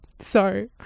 sorry